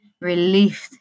relieved